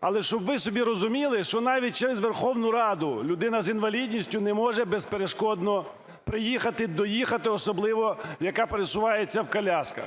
Але, щоб ви собі розуміли, що навіть через Верховну Раду людина з інвалідністю не може безперешкодно приїхати, доїхати, особливо яка пересувається в колясці.